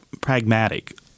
pragmatic